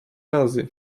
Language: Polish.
razy